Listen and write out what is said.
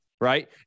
Right